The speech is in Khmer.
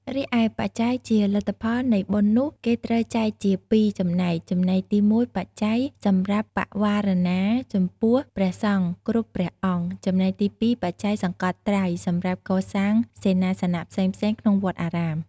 រីឯបច្ច័យជាលទ្ធផលនៃបុណ្យនោះគេត្រូវចែកជាពីរចំណែក ចំណែកទី១បច្ច័យសម្រាប់បវារណាចំពោះព្រះសង្ឃគ្រប់ព្រះអង្គ ចំណែកទី២បច្ច័យសង្កត់ត្រៃសម្រាប់កសាងសេនាសនៈផ្សេងៗក្នុងវត្តអារាម ។